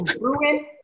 ruin